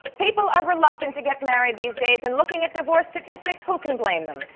people are reluctant to get married these days, and looking at divorce statistics, who can blame them.